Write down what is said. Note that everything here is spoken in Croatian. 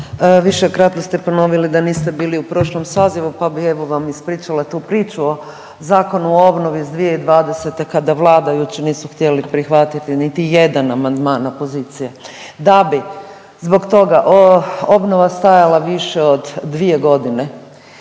višekratno ste ponovili da niste bili u prošlom sazivu pa bi evo vam ispričala tu priču o Zakonu o obnovi iz 2020. kada vladajući nisu htjeli prihvatiti niti jedan amandman opozicije, da bi zbog toga obnova stajala više od dvije godine.